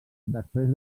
després